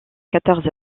quatorze